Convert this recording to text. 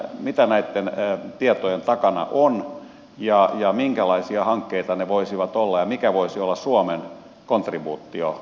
mitä näitten tietojen takana on minkälaisia hankkeita ne voisivat olla ja mikä voisi olla suomen kontribuutio näissä